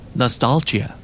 nostalgia